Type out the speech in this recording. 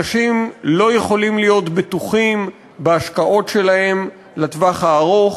אנשים לא יכולים להיות בטוחים בהשקעות שלהם לטווח הארוך,